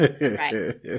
Right